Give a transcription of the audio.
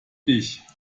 dich